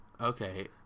Okay